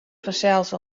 fansels